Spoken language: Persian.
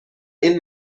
این